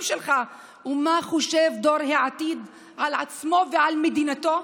שלך ומה חושב דור העתיד על עצמו ועל מדינתו?